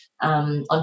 on